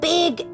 Big